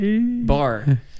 bar